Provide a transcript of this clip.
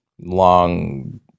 long